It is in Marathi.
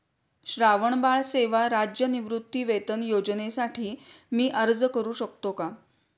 श्रावणबाळ सेवा राज्य निवृत्तीवेतन योजनेसाठी मी अर्ज करू शकतो का?